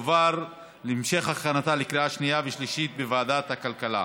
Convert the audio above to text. ותועבר להמשך הכנתה לקריאה שנייה ושלישית בוועדת הכלכלה.